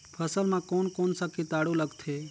फसल मा कोन कोन सा कीटाणु लगथे?